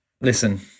listen